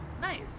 Nice